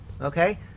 okay